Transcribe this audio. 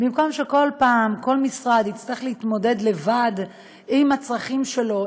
במקום שכל פעם כל משרד יצטרך להתמודד לבד עם הצרכים שלו,